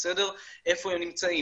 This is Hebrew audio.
איפה הם נמצאים,